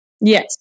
Yes